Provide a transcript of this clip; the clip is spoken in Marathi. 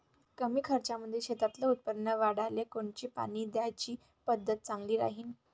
कमी खर्चामंदी शेतातलं उत्पादन वाढाले कोनची पानी द्याची पद्धत चांगली राहीन?